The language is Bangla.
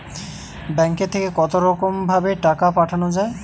ব্যাঙ্কের থেকে কতরকম ভাবে টাকা পাঠানো য়ায়?